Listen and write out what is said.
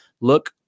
look